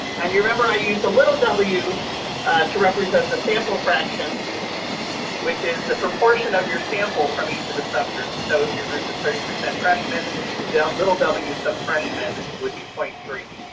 and you remember i used a little w to represent the sample fraction which is the proportion of your sample from each of the subgroup. so if your group is thirty percent freshman dealt little w stuff freshman would be point three.